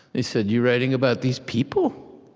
he said, you writing about these people?